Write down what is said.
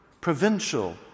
provincial